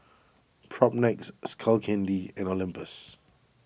Propnex Skull Candy and Olympus